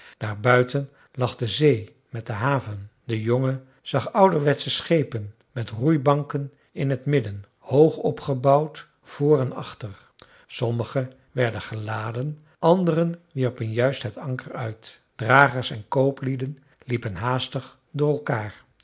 daarbuiten lag de zee met de haven de jongen zag ouderwetsche schepen met roeibanken in het midden hoogopgebouwd voor en achter sommige werden geladen andere wierpen juist het anker uit dragers en kooplieden liepen haastig door elkaar